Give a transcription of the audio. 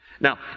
Now